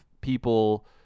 people